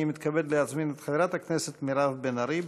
אני מתכבד להזמין את חברת הכנסת מירב בן ארי,